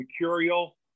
mercurial